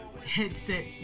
headset